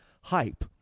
hype